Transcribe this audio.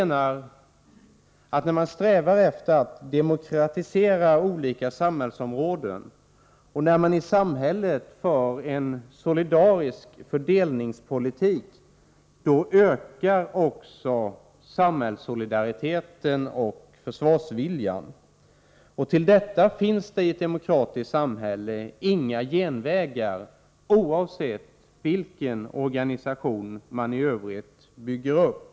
När vi strävar efter att demokratisera olika samhällsområden och när vi i samhället för en solidarisk fördelningspolitik, då ökar också samhällssolidariteten och försvarsviljan. Och till detta finns det i ett demokratiskt samhälle inga genvägar, oavsett vilken organisation man i övrigt bygger upp.